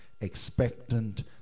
expectant